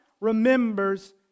remembers